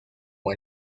con